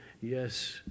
Yes